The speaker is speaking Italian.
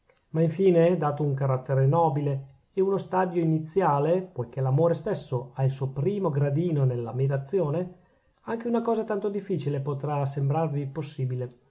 ma infine dato un carattere nobile e uno stadio iniziale poichè l'amore stesso ha il suo primo gradino nell'ammirazione anche una cosa tanto difficile potrà sembrarvi possibile